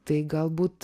tai galbūt